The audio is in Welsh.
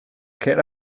ceir